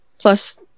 plus